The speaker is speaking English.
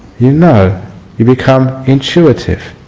you know you become intuitive